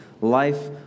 Life